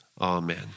amen